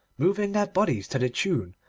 moving their bodies to the tune,